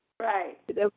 Right